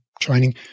training